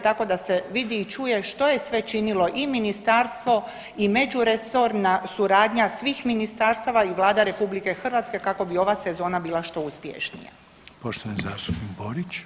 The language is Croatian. Tako da se vidi i čuje što je sve činilo i ministarstvo i međuresorna suradnja svih ministarstava i Vlada RH kako bi ova sezona bila što uspješnija.